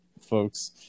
folks